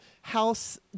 house